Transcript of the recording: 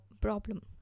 problem